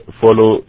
follow